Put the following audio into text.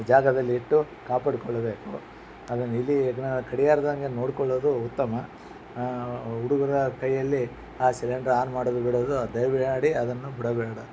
ಜಾಗದಲ್ಲಿ ಇಟ್ಟುಕಾಪಾಡಿಕೊಳ್ಬೇಕು ಅದನ್ನ ಇಲಿ ಹೆಗ್ಗಣ ಕಡಿಲಾರ್ದಂಗೆ ನೋಡಿಕೊಳ್ಳೋದು ಉತ್ತಮ ಹುಡುಗುರ ಕೈಯಲ್ಲಿ ಆ ಸಿಲಿಂಡ್ರ್ ಆನ್ ಮಾಡೋದು ಬಿಡೋದು ದಯಮಾಡಿ ಅದನ್ನು ಬಿಡಬೇಡ